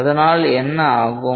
அதனால் என்ன ஆகும்